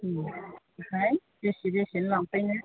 ओमफ्राय बेसे बेसेनि लांफैनो